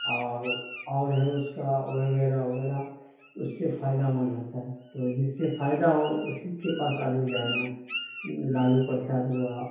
اور اور ہے اس کا وغیرہ وغیرہ اس سے فائدے مند ہوتا ہے تو جس سے فائدہ ہو اسی کے پاس آدمی جائے گا نا لالو پرساد ہوا